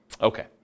Okay